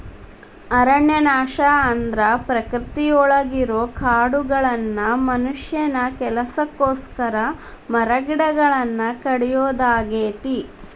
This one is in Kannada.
ಅರಣ್ಯನಾಶ ಅಂದ್ರ ಪ್ರಕೃತಿಯೊಳಗಿರೋ ಕಾಡುಗಳನ್ನ ಮನುಷ್ಯನ ಕೆಲಸಕ್ಕೋಸ್ಕರ ಮರಗಿಡಗಳನ್ನ ಕಡಿಯೋದಾಗೇತಿ